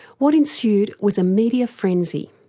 what ensued was a media frenzy.